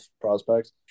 prospects